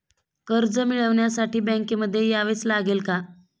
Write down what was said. कर्ज मिळवण्यासाठी बँकेमध्ये यावेच लागेल का?